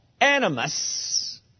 animus